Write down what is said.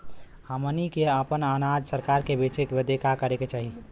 हमनी के आपन अनाज सरकार के बेचे बदे का करे के चाही?